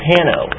Pano